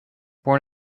born